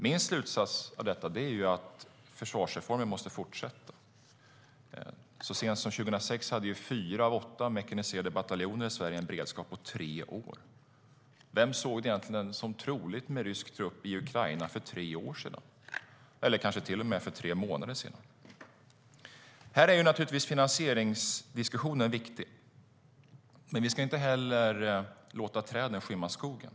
Min slutsats av detta är att försvarsreformerna måste fortsätta. Så sent som 2006 hade fyra av åtta mekaniserade bataljoner i Sverige en beredskap på tre år. Vem såg det egentligen som troligt med rysk trupp i Ukraina för tre år sedan, eller för tre månader sedan? Här är naturligtvis finansieringsdiskussionerna viktiga. Men vi ska inte heller låta träden skymma skogen.